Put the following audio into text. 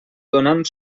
donant